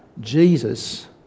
Jesus